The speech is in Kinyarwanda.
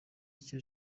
icyo